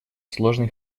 сложный